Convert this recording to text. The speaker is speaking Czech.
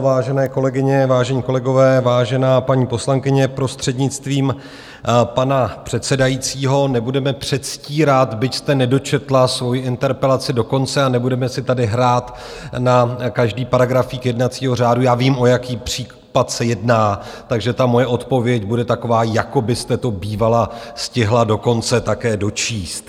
Vážené kolegyně, vážení kolegové, vážená paní poslankyně, prostřednictvím pana předsedajícího, nebudeme předstírat, byť jste nedočetla svoji interpelaci do konce, a nebudeme si tady hrát na každý paragrafík jednacího řádu já vím, o jaký případ se jedná, takže moje odpověď bude taková, jako byste to bývala stihla do konce také dočíst.